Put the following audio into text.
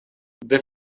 det